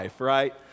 Right